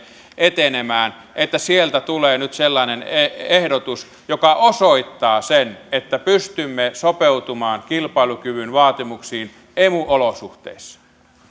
etenemään sieltä tulee nyt sellainen ehdotus joka osoittaa sen että pystymme sopeutumaan kilpailukyvyn vaatimuksiin emu olosuhteissa